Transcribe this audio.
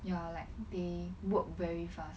ya like they work very fast